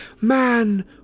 man